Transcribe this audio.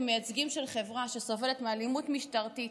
כמייצגים של חברה שסובלת מאלימות משטרתית,